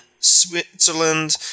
Switzerland